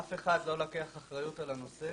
אף אחד לא לוקח אחריות על הנושא